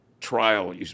trial